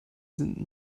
sind